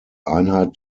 einheit